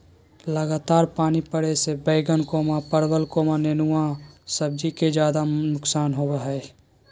लगातार पानी पड़े से बैगन, परवल, नेनुआ सब्जी के ज्यादा नुकसान होबो हइ